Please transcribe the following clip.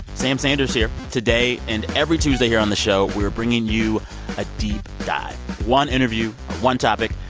sam sanders here. today and every tuesday here on the show, we're bringing you a deep dive one interview, one topic.